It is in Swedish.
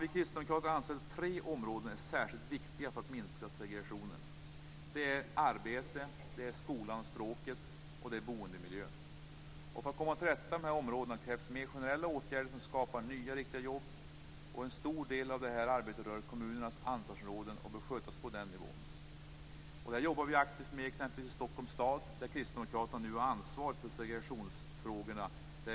Vi kristdemokrater anser att tre områden är särskilt viktiga för att minska segregationen. De är arbete, skolan och språket samt boendemiljön. För att komma till rätta med dessa områden krävs mer generella åtgärder som skapar nya riktiga jobb, och en stor del av detta arbete rör kommunernas ansvarsområden och bör skötas på den nivån. Det här jobbar vi aktivt med exempelvis i Stockholms stad där Kristdemokraterna nu har ansvaret för segregationsfrågorna.